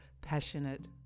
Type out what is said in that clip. passionate